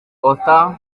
ottawa